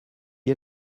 est